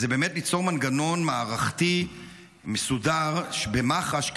היא ליצור מנגנון מערכתי מסודר במח"ש,